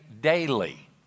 daily